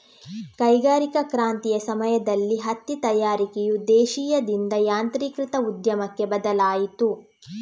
ಕೈಗಾರಿಕಾ ಕ್ರಾಂತಿಯ ಸಮಯದಲ್ಲಿ ಹತ್ತಿ ತಯಾರಿಕೆಯು ದೇಶೀಯದಿಂದ ಯಾಂತ್ರೀಕೃತ ಉದ್ಯಮಕ್ಕೆ ಬದಲಾಯಿತು